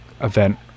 event